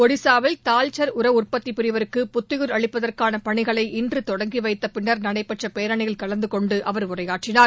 ஒடிஸாவில் தாழ்ச்சல் உர உற்பத்திப் பிரிவிற்கு புத்துயிர் அளிப்பதற்கான பணிகளை இன்று தொடங்கி வைத்த பின்னர் நடைபெற்ற பேரணியில் கலந்து கொண்டு அவர் உரையாற்றினார்